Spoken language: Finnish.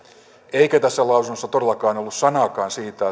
eikä tässä lausunnossa todellakaan ollut sanaakaan siitä